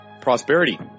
prosperity